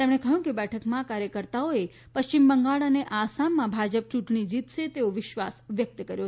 તેમણે કહ્યું કે બેઠકમાં કાર્યકર્તાઓએ પશ્ચિમ બંગાળ અને આસામમાં ભાજપ ચૂંટણી જીતશે તેવો વિશ્વાસ વ્યક્ત કર્યો છે